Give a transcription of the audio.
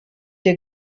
der